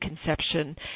conception